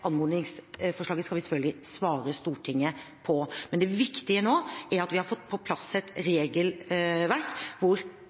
anmodningsforslaget skal vi selvfølgelig svare Stortinget på. Men det viktige nå er at vi har fått på plass et